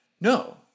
no